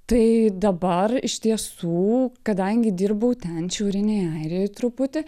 tai dabar iš tiesų kadangi dirbau ten šiaurinėj airijoj truputį